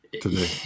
today